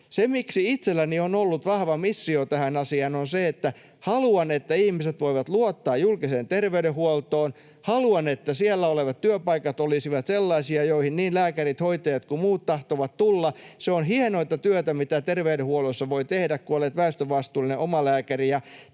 miksi itselläni on ollut vahva missio tähän asiaan, on se, että haluan, että ihmiset voivat luottaa julkiseen terveydenhuoltoon, haluan, että siellä olevat työpaikat olisivat sellaisia, joihin niin lääkärit, hoitajat kuin muut tahtovat tulla. Se on hienointa työtä, mitä terveydenhuollossa voi tehdä, kun olet väestövastuullinen omalääkäri.